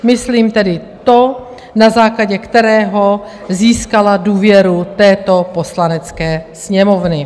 Myslím tedy to, na základě kterého získala důvěru této Poslanecké sněmovny.